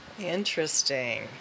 Interesting